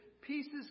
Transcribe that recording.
pieces